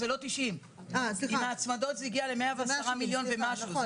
זה לא 90. עם ההצמדות זה הגיע ל-110 מיליון ומשהו.